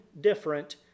different